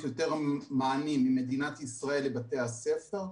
יותר מענים ממדינת ישראל לבתי הספר.